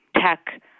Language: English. tech